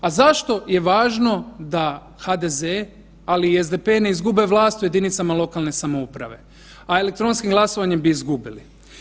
A zašto je važno da HDZ, ali i SDP ne izgube vlast u jedinicama lokalne samouprave, a elektronskim glasovanjem bi izgubili?